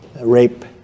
rape